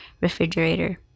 refrigerator